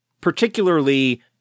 particularly